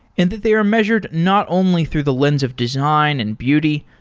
and that they are measured not only through the lens of design and beauty,